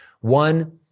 One